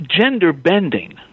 gender-bending